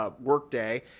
workday